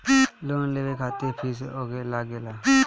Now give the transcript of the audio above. Loan लेवे खातिर fees लागेला?